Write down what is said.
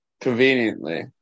conveniently